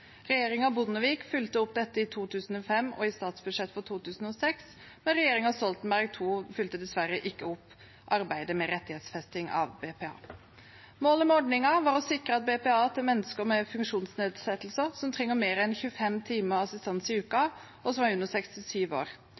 Bondevik fulgte opp dette i 2005 og i statsbudsjettet for 2006, men regjeringen Stoltenberg II fulgte dessverre ikke opp arbeidet med rettighetsfesting av BPA. Målet med ordningen var å sikre BPA til mennesker med funksjonsnedsettelser som trenger mer enn 25 timer assistanse i uken, og som er under 67 år.